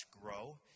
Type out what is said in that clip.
grow